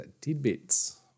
tidbits